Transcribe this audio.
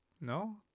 No